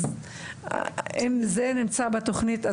אז אם זה נמצא כבר בתוכנית,